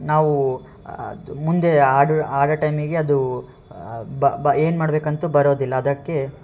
ನಾವು ಅದು ಮುಂದೆ ಆಡೋ ಟೈಮಿಗೆ ಅದು ಬ ಬ ಏನು ಮಾಡ್ಬೇಕಂತು ಬರೋದಿಲ್ಲ ಅದಕ್ಕೆ